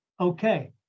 okay